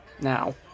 now